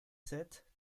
sept